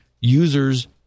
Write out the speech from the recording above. user's